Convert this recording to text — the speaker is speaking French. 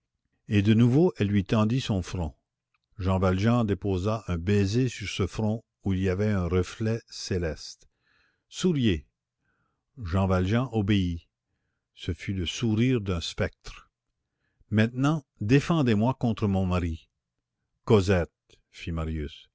et de nouveau elle lui tendit son front jean valjean déposa un baiser sur ce front où il y avait un reflet céleste souriez jean valjean obéit ce fut le sourire d'un spectre maintenant défendez-moi contre mon mari cosette fit